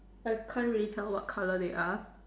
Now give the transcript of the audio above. I can't really tell what color they are